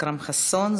אכרם חסון,